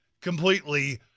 completely –